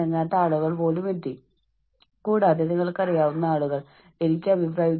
നിങ്ങൾ നിങ്ങളുടെ ജോലി ആവശ്യപെടുനതിന് മുകളിലേക്കും അപ്പുറത്തേക്കും പോകും നിങ്ങൾ പ്രതീക്ഷിക്കുന്നതിനേക്കാൾ കൂടുതൽ ചെയ്യും